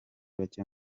bake